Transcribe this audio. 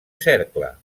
cercle